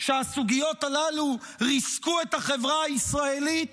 שהסוגיות הללו ריסקו את החברה הישראלית